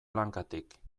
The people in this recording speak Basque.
lankatik